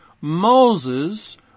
Moses